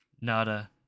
nada